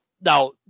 Now